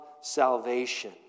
salvation